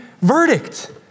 verdict